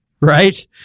right